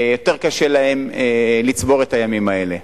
יותר קשה להם לצבור את הימים האלה.